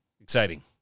Exciting